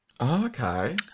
okay